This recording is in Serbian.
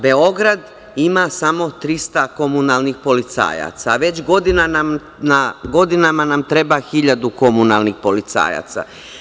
Beograd ima samo 300 komunalnih policajaca, a već godinama nam treba 1.000 komunalnih policajaca.